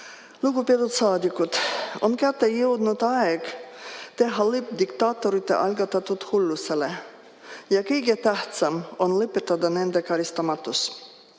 Lugupeetud saadikud! On kätte jõudnud aeg teha lõpp diktaatorite algatatud hullusele ja kõige tähtsam on lõpetada nende karistamatus.